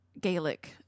Gaelic